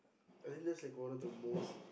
but then that's like one of the most